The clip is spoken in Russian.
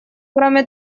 кроме